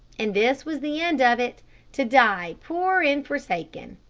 and this was the end of it to die poor and forsaken.